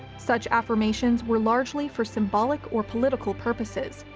such affirmations were largely for symbolic or political purposes,